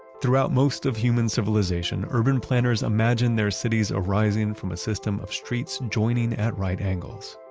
throughout most of human civilization, urban planners imagined their cities arising from a system of streets joining at right angles.